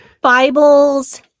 Bibles